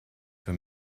für